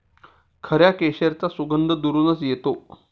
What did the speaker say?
खऱ्या केशराचा सुगंध दुरूनच येतो